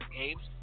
games